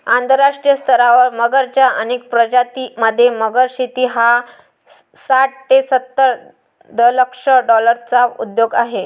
आंतरराष्ट्रीय स्तरावर मगरच्या अनेक प्रजातीं मध्ये, मगर शेती हा साठ ते सत्तर दशलक्ष डॉलर्सचा उद्योग आहे